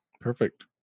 Perfect